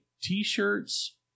T-shirts